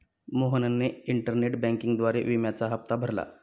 मोहनने इंटरनेट बँकिंगद्वारे विम्याचा हप्ता भरला